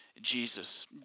jesus